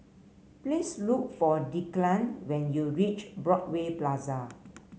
please look for Declan when you reach Broadway Plaza